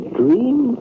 dream